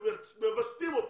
הם מווסתים אותה.